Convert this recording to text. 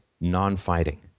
non-fighting